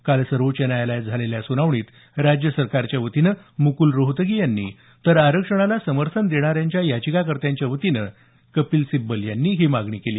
काल सर्वोच्च न्यायालयात झालेल्या सुनावणीत राज्य सरकारच्या वतीनं मुकुल रोहतगी यांनी तर आरक्षणाला समर्थन देणाऱ्या याचिकाकर्त्यांच्या वतीनं कपिल सिब्बल यांनी ही मागणी केली